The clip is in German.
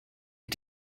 ihr